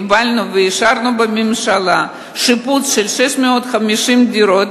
קיבלנו ואישרנו בממשלה שיפוץ של 650 דירות,